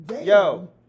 yo